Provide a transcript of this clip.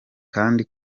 kandi